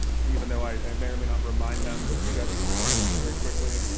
even though i may or may not remind them but if you guys could stand very quickly.